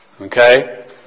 Okay